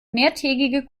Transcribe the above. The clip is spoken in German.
mehrtägige